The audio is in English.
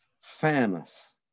Fairness